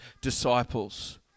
disciples